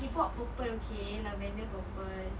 he bought purple okay like lavender purple